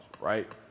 right